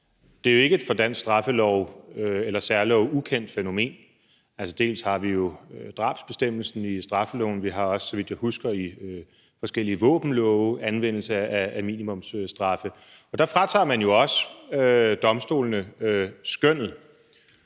Det er jo ikke et for dansk straffelov eller for særlove ukendt fænomen. Dels har vi jo drabsbestemmelsen i straffeloven, og vi tager, så vidt jeg husker, i forskellige våbenlove minimumsstraffe i anvendelse, og der fratager man jo også domstolene skønnet.